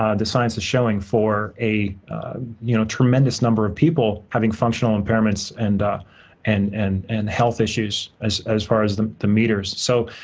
ah the science is showing for a you know tremendous number of people having functional impairments and and and and health issues as as far as the the meters. so,